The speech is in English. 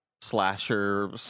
slasher